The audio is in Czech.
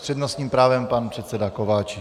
S přednostním právem pan předseda Kováčik.